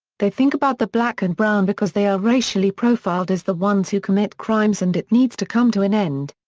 they think about the black and brown because they are racially profiled as the ones who commit crimes and it needs to come to an end.